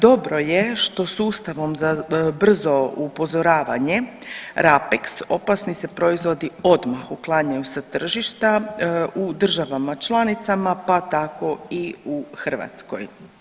Dobro je što sustavom za brzo upozoravanje Rapeks opasni se proizvodi odmah uklanjanju sa tržišta u državama članicama pa tako i u Hrvatskoj.